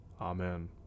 Amen